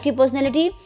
personality